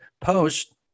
Post